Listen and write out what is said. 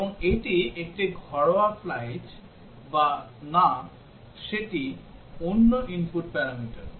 এবং এটি একটি ঘরোয়া ফ্লাইট বা না সেটি অন্য input প্যারামিটার